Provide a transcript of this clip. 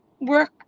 work